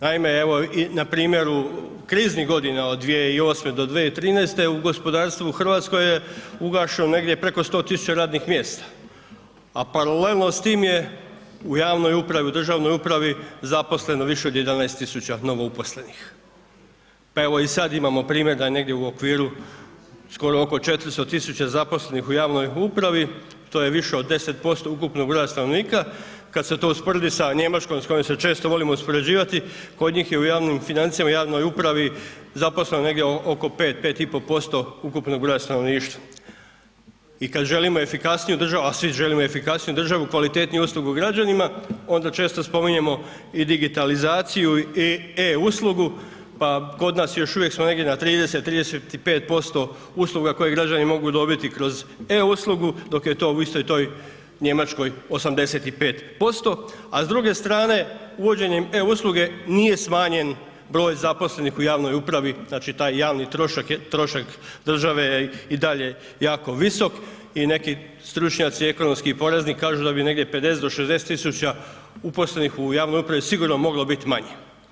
Naime, evo i na primjeru kriznih godina od 2008. do 2013. u gospodarstvu u RH je ugašeno negdje preko 100 000 radnih mjesta, a paralelno s tim je u javnoj upravi, u državnoj upravi zaposleno više od 11 000 novouposlenih, pa evo i sad imamo primjer da je negdje u okviru skoro oko 400 000 zaposlenih u javnoj upravi, to je više od 10% ukupnog broja stanovnika, kad se to usporedi sa Njemačkom s kojom se često volimo uspoređivati, kod njih je u javnim financijama, u javnoj upravi zaposleno negdje oko 5-5,5% ukupnog broja stanovništva i kad želimo efikasniju državu, a svi želimo efikasniju državu, kvalitetniju uslugu građanima, onda često spominjemo i digitalizaciju i e-uslugu, pa kod nas je još uvijek smo negdje na 30-35% usluga koje građani mogu dobiti kroz e-uslugu, dok je to u istoj toj Njemačkoj 85%, a s druge strane, uvođenjem e-usluge nije smanjen broj zaposlenih u javnoj upravi, znači taj javni trošak je, trošak države je i dalje jako visok i neki stručnjaci ekonomski i porezni kažu da bi negdje 50-60 000 uposlenih u javnoj upravi sigurno moglo bit manje.